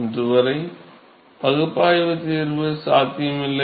இன்று வரை பகுப்பாய்வு தீர்வு சாத்தியமில்லை